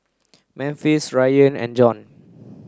Memphis Rayan and John